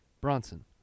Bronson